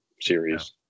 series